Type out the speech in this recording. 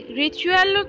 ritual